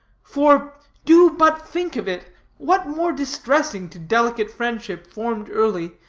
for do but think of it what more distressing to delicate friendship, formed early,